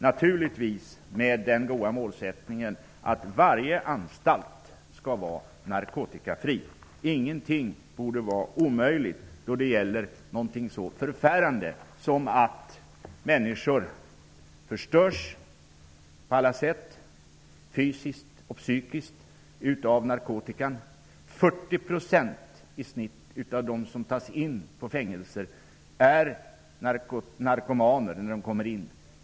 Naturligtvis sker det med den goda målsättningen att varje anstalt skall vara narkotikafri. Ingenting borde vara omöjligt då det gäller någonting så förfärande som att människor förstörs fysiskt och psykiskt av narkotika. 40 % i snitt av dem som tas in på fängelser är narkomaner när de kommer in.